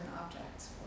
objects